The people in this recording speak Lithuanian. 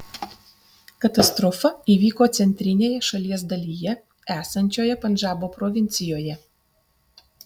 katastrofa įvyko centrinėje šalies dalyje esančioje pandžabo provincijoje